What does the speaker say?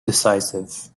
decisive